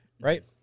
Right